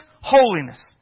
holiness